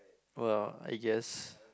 well I guess